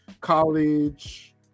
college